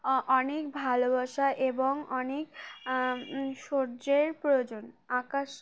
অনেক ভালোবাসা এবং অনেক ধৈর্যের প্রয়োজন আকাশ